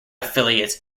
affiliates